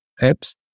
apps